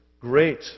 great